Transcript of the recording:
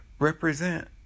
represent